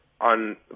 on